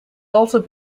also